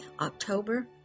October